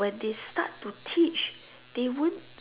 when they start to teach they won't